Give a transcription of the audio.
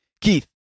Keith